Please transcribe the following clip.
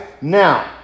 Now